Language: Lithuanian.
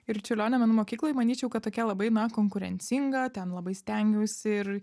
ir čiurlionio menų mokykloj manyčiau kad tokia labai konkurencinga ten labai stengiausi ir